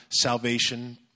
salvation